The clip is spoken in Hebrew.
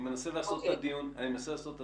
אני מנסה לעשות את הדיון קונקרטי.